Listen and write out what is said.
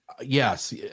yes